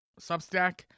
Substack